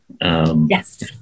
Yes